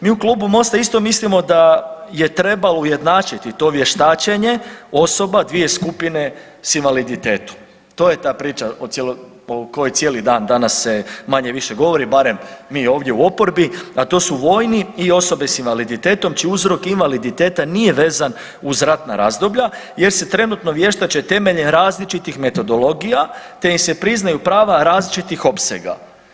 Mi u klubu MOST-a isto mislimo da je trebalo ujednačiti to vještačenje osoba dvije skupine sa invaliditetom, to je ta priča o kojoj cijeli dan danas se manje-više govori barem mi ovdje u oporbi, a to su vojni i osobe sa invaliditetom čiji uzrok invaliditeta nije vezan uz ratna razdoblja jer se trenutno vještače temeljem različitih metodologija, te im se priznaju prava različitih opsega.